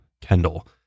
Kendall